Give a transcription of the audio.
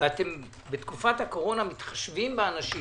ובתקופת הקורונה מתחשבים באנשים